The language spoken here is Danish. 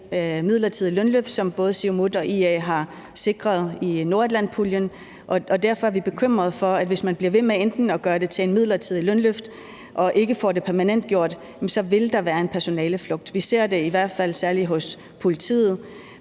midlertidige lønløft, som både Siumut og IA har sikret i nordatlantpuljen. Derfor er vi bekymret for, at hvis man bliver ved med at gøre det til et midlertidigt lønløft og ikke får det permanentgjort, vil der være en personaleflugt. Vi ser det i hvert fald særlig hos politiet,